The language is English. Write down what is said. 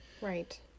right